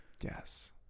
Yes